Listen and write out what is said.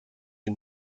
une